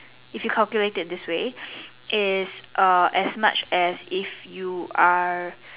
if you calculate this way is err as much as if you are